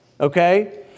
Okay